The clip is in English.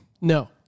No